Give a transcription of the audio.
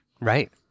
Right